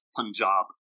Punjab